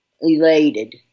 elated